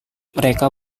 mereka